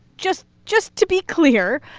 just just to be clear